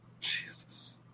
Jesus